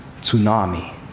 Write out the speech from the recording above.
tsunami